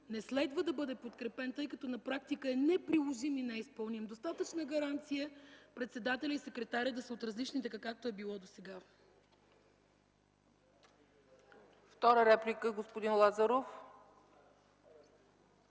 не следва да бъде подкрепен, тъй като на практика е неприложим и неизпълним. Достатъчна гаранция е председателят и секретарят да са от различни така, както е било досега.